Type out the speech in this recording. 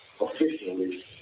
Officially